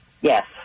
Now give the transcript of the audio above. Yes